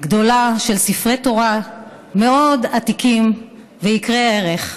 גדולה של ספרי תורה מאוד עתיקים ויקרי ערך.